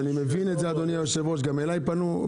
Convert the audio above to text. ואני מבין את זה גם אליי פנו.